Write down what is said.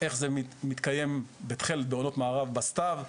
איך זה מתקיים מתחיל בעונות מעבר בסתיו,